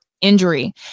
injury